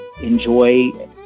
enjoy